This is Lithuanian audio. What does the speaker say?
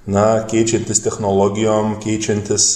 na keičiantis technologijom keičiantis